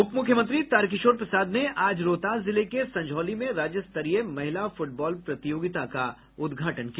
उप मुख्यमंत्री तारकिशोर प्रसाद ने आज रोहतास जिले के संझौली में राज्य स्तरीय महिला फुटबॉल प्रतियोगिता का उद्घाटन किया